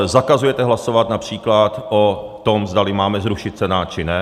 Zakazujete hlasovat například o tom, zdali máme zrušit Senát, či ne.